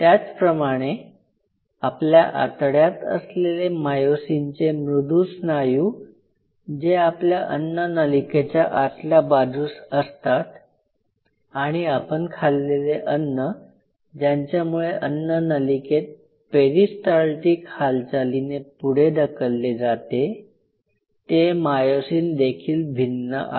त्याचप्रमाणे आपल्या आतड्यात असलेले मायोसीनचे मृदु स्नायू जे आपल्या अन्ननलिकेच्या आतल्या बाजूस असतात आणि आपण खाल्लेले अन्न ज्यांच्यामुळे अन्न नलिकेत पेरीस्टालटिक हालचालीने पुढे ढकलले जाते ते मायोसिन देखील भिन्न आहेत